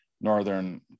Northern